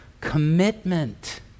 commitment